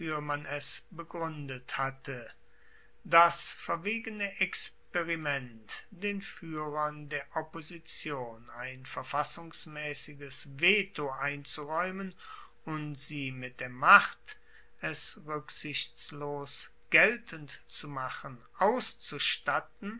begruendet hatte das verwegene experiment den fuehrern der opposition ein verfassungsmaessiges veto einzuraeumen und sie mit der macht es ruecksichtslos geltend zu machen auszustatten